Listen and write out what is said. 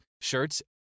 shirts